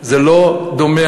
לא דומה,